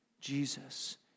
Jesus